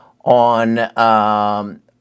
on